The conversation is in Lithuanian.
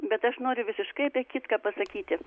bet aš noriu visiškai apie kitką pasakyti